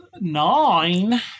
Nine